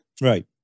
Right